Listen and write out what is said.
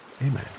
amen